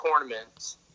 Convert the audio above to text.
tournaments